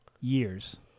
Years